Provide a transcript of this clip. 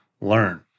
learn